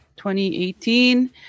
2018